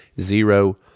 zero